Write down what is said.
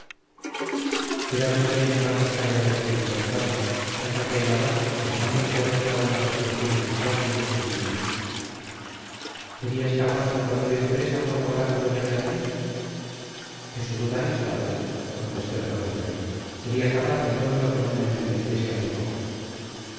quedáronse entrambos callados por un buen rato hasta que el abad como hombre que adopta una resolución inmutable le elijo seríais capaz de cualquier empresa por lograr a doña beatriz eso dudáis padre contestó el caballero sería capaz de todo lo que no me envileciese a sus ojos